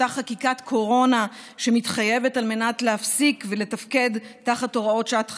אותה חקיקת קורונה שמתחייבת על מנת להפסיק ולתפקד תחת הוראות שעת חירום.